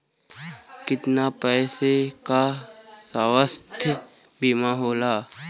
कितना पैसे का स्वास्थ्य बीमा होला?